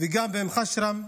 גם באום חשרם,